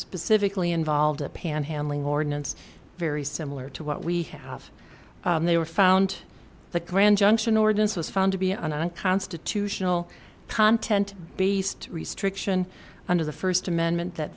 specifically involved a panhandling ordinance very similar to what we have they were found the grand junction ordinance was found to be an unconstitutional content based restriction under the first amendment that